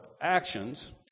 actions